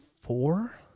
four